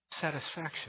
satisfaction